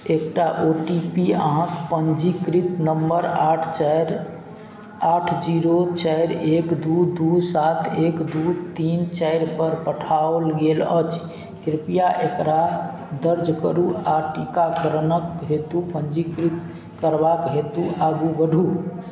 एकटा O T P अहाँ पञ्जीकृत नंबर आठ चारि आठ जीरो चारि एक दू दू सात एक दू तीन चारिपर पठाओल गेल अछि कृपया एकरा दर्ज करू आओर टीकाकरणक हेतु पञ्जीकृत करबाक हेतु आगू बढ़ू